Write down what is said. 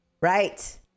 Right